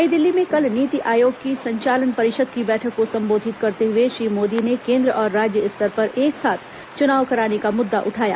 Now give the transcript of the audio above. नई दिल्ली में कल नीति आयोग की संचालन परिषद की बैठक को संबोधित करते हुए श्री मोदी ने केंद्र और राज्य स्तर पर एक साथ चुनाव कराने का मुद्दा उठाया